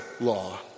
law